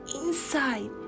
inside